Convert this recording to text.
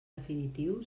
definitiu